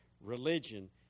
religion